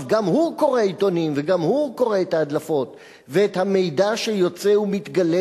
גם הוא קורא עיתונים וגם הוא קורא את ההדלפות ואת המידע שיוצא ומתגלה,